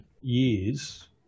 years